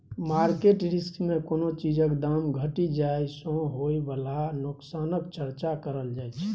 market risk मे कोनो चीजक दाम घटि जाइ सँ होइ बला नोकसानक चर्चा करल जाइ छै